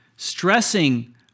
stressing